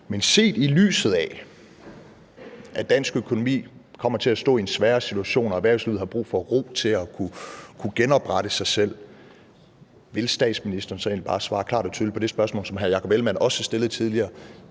Men set i lyset af at dansk økonomi kommer til at stå i en sværere situation, og at erhvervslivet har brug for ro til at kunne genoprette sig selv, vil statsministeren så bare svare klart og tydeligt på det spørgsmål, som hr. Jakob Ellemann-Jensen også stillede tidligere: